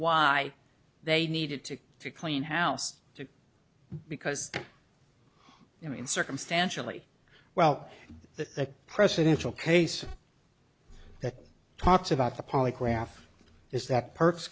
why they needed to to clean house to because i mean circumstantially well the presidential case that talks about the polygraph is that pur